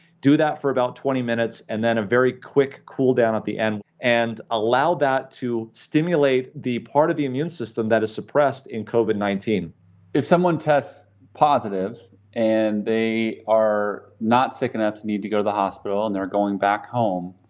do that for about twenty minutes and then a very quick cool down at the end, and allow that to stimulate the part of the immune system that is suppressed in covid nineteen. kyle if someone tests positive and they are not sick enough to need to go to the hospital and they're going back home,